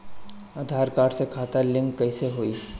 आधार card से खाता link कईसे होई?